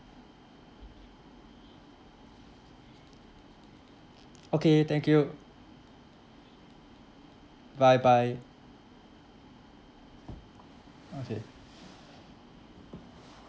okay thank you bye bye okay